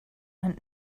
and